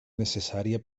necessària